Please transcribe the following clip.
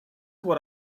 what